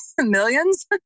Millions